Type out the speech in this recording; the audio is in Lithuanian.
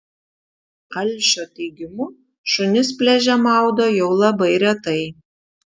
alšio teigimu šunis pliaže maudo jau labai retai